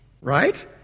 Right